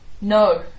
No